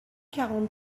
quarante